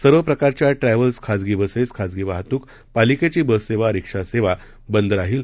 सर्व प्रकारच्या ट्रछिल्स खासगी बसेस खासगी वाहतूक पालिकेची बससेवा रिक्षा सेवा बंद राहील